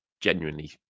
genuinely